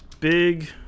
big